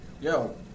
yo